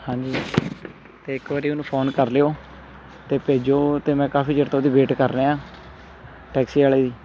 ਹਾਂਜੀ ਅਤੇ ਇੱਕ ਵਾਰੀ ਉਹਨੂੰ ਫੋਨ ਕਰ ਲਿਓ ਅਤੇ ਭੇਜੋ ਅਤੇ ਮੈਂ ਕਾਫੀ ਚਿਰ ਤੋਂ ਉਹਦੀ ਵੇਟ ਕਰ ਰਿਹਾ ਟੈਕਸੀ ਵਾਲੇ ਦੀ